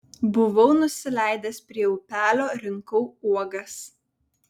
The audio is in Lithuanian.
buvau nusileidęs prie upelio rinkau uogas